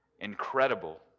incredible